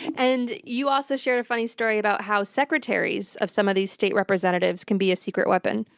and you also shared a funny story about how secretaries of some of these state representatives can be a secret weapon.